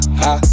ha